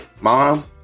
Mom